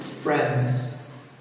Friends